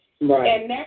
Right